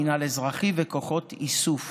מינהל אזרחי וכוחות איסוף